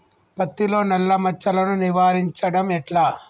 పత్తిలో నల్లా మచ్చలను నివారించడం ఎట్లా?